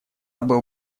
был